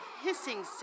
hissing